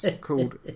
called